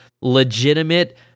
legitimate